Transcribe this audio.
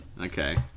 Okay